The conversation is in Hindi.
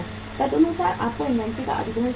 तदनुसार आपको इन्वेंट्री का अधिग्रहण करना होगा